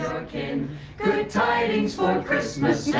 good tidings for christmas